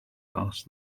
last